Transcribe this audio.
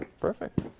Perfect